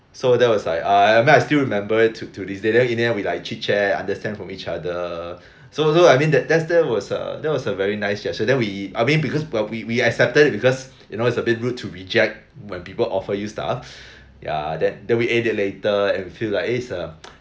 so that was like uh I mean I still remember it to to this day then in the end we like chit chat understand from each other so so I mean that that's that was a that was a very nice gesture then we I mean because we we accepted it because you know that it's a bit rude to reject when people offer you stuff ya then then we ate it later and we feel like eh is a